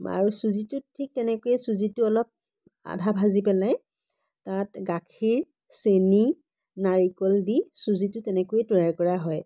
আৰু চুজিটো ঠিক তেনেকৈয়ে চুজিটো অলপ আধা ভাজি পেলাই তাত গাখীৰ চেনি নাৰিকল দি চুজিটো তেনেকৈয়ে তৈয়াৰ কৰা হয়